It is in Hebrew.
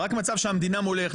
רק מצב שהמדינה מולך,